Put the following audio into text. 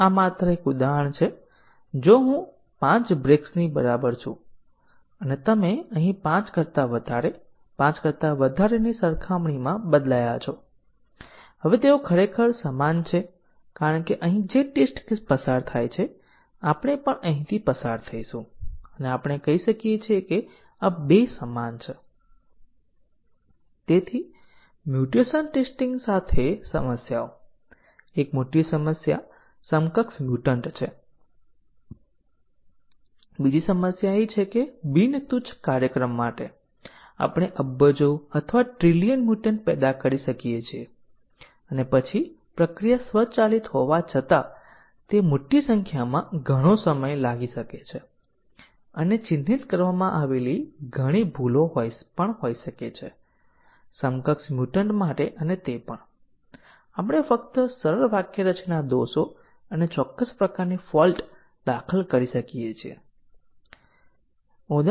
ફક્ત એક ઉદાહરણ આપવા માટે ચાલો આપણે આ c પ્રોગ્રામ જોઈએ અને અહીં આપણે સ્ટેટમેન્ટ બેમાં જોઈ શકીએ છીએ a ને 5 સોંપેલ છે અથવા આપણે કહીએ છીએ કે વિધાન 2 વેરિયેબલ a ને વ્યાખ્યાયિત કરે છે અને પછી આપણી પાસે વિધાન 3 છે જે વેરિયેબલ c વિધાન 4 નો ઉપયોગ કરે છે d ના ઉપયોગો તરીકે પરંતુ જો તમે સ્ટેટમેન્ટ 5 જુઓ તો આપણી પાસે વેરિયેબલ a નો ઉપયોગ છે